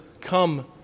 come